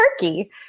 Turkey